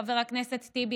חבר הכנסת טיבי,